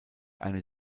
eine